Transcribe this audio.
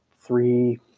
three